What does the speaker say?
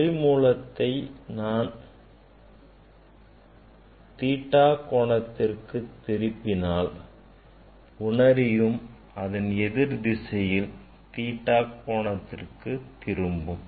ஒளிமூலத்தை நான் theta கோணத்திற்கு திருப்பினால் உணரியும் அதன் எதிர் திசையில் theta கோணத்திற்கு திரும்பும்